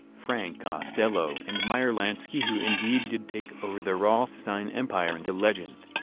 frank costello and meyer lansky who indeed did take over the rothstein empire and the legend.